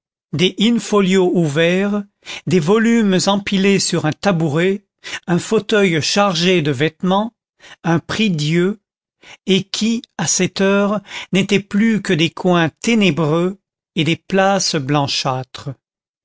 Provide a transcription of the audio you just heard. des in-folio ouverts des volumes empilés sur un tabouret un fauteuil chargé de vêtements un prie-dieu et qui à cette heure n'étaient plus que des coins ténébreux et des places blanchâtres